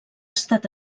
estat